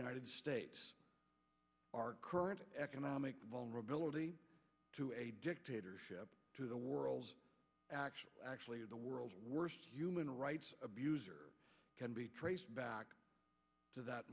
united states our current economic vulnerability to a dictatorship to the world actually actually the world's worst human rights abuses can be traced back to that